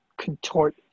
contort